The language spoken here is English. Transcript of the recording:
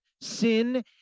sin